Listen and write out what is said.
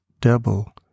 double